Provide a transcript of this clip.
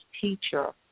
teacher